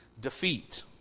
defeat